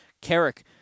Carrick